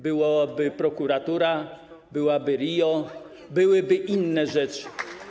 Byłaby prokuratura, byłaby RIO, byłyby inne rzeczy.